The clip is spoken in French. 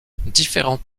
différents